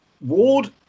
Ward